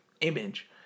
image